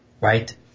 right